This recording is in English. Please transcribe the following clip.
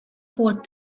fourth